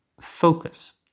focus